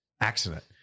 accident